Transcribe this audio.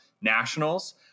nationals